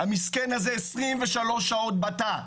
המסכן הזה 23 שעות בתא,